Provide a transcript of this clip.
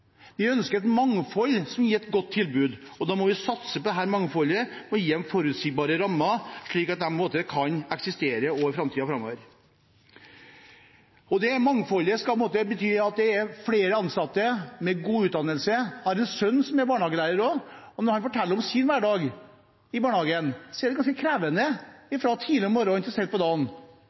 Vi ønsker et mangfold som gir et godt tilbud, og da må vi satse på dette mangfoldet og gi dem forutsigbare rammer, slik at de kan eksistere også i framtiden. Det mangfoldet skal bety at det er flere ansatte med god utdannelse. Jeg har en sønn som er barnehagelærer. Når han forteller om sin hverdag i barnehagen, er det om en ganske krevende hverdag, fra tidlig om morgenen til sent på dagen.